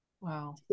Wow